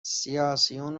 سیاسیون